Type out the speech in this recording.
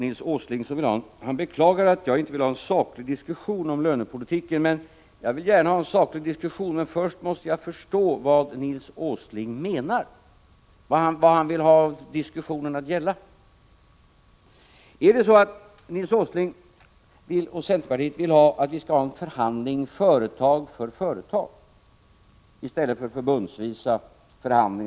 Nils Åsling sade sig beklaga att jag inte ville ha en saklig diskussion om lönepolitiken. Jag vill gärna ha en saklig diskussion, men först måste jag förstå vad Nils Åsling menar, vad han vill att diskussionen skall gälla. Vill Nils Åsling och centerpartiet ha en förhandling företag för företag i stället för förhandlingar förbundsvis?